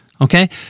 okay